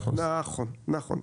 נכון נכון,